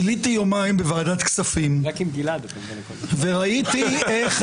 ביליתי יומיים בוועדת הכספים וראיתי איך